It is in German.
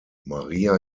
maria